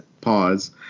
Pause